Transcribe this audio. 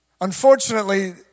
Unfortunately